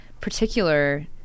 particular